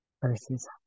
versus